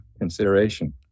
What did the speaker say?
consideration